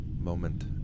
moment